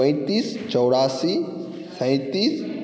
पैँतिस चौरासी सैँतिस